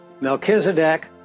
Melchizedek